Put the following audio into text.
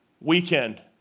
weekend